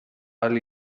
ahal